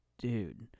dude